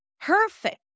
perfect